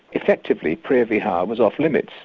effectively preah vihear was off limits,